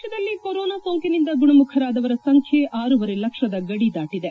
ದೇಶದಲ್ಲಿ ಕೊರೊನಾ ಸೋಂಕಿನಿಂದ ಗುಣಮುಖರಾದವರ ಸಂಖ್ಯೆ ಆರೂವರೆ ಲಕ್ಷದ ಗಡಿ ದಾಟದೆ